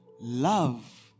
love